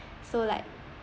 so like